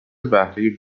بهره